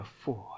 afford